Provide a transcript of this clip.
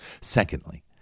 Secondly